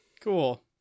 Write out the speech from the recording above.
Cool